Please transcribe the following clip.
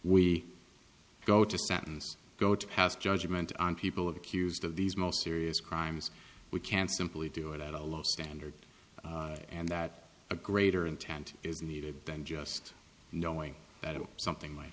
we go to sentence go to pass judgment on people accused of these most serious crimes we can simply do it at a lower standard and that a greater intent is needed than just knowing that something like